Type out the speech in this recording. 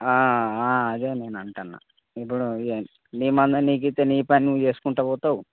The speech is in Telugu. అదే నేను అంటన్నా ఇప్పుడు నీ మందం నీకు ఇస్తే నీ పని నువ్వు చేసుకుంటూ పోతావు